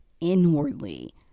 inwardly